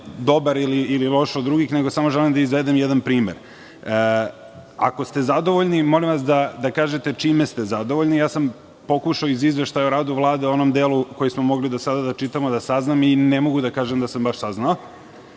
dobar ili lošiji od drugih, nego samo želim da izvedem jedan primer. Ako ste zadovoljni, molim vas da kažete čime ste zadovoljni. Pokušao sam iz Izveštaja o radu Vlade, u onom delu koji smo mogli do sada da čitamo, da saznam i ne mogu da kažem da sam baš saznao.